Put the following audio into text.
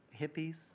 hippies